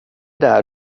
där